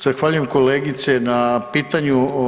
Zahvaljujem kolegice na pitanju.